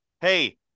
hey